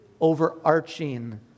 overarching